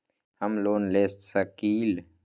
हम लोन ले सकील?